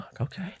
okay